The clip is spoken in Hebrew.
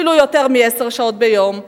אפילו יותר מעשר שעות ביום.